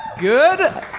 Good